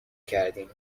کردیم